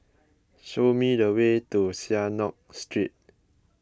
show me the way to Synagogue Street